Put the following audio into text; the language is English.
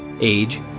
age